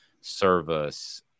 service